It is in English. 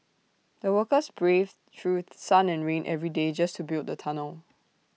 the workers braved through sun and rain every day just to build the tunnel